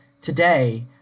today